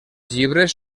llibres